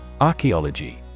Archaeology